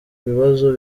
ibibazo